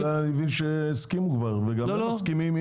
אני מבין שהסכימו כבר וגם הם מסכימים,